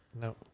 No